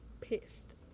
pissed